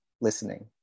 listening